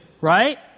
right